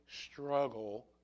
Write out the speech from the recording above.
struggle